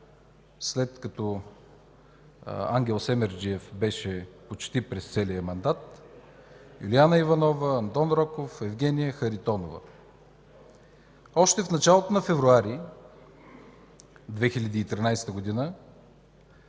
след като Ангел Семерджиев беше почти през целия мандат – Лиляна Иванова, Андон Роков, Евгения Харитонова. Още в началото на месец февруари 2013 г.